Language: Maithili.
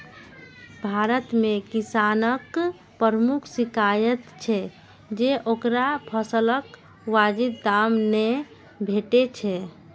भारत मे किसानक प्रमुख शिकाइत छै जे ओकरा फसलक वाजिब दाम नै भेटै छै